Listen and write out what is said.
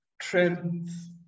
trends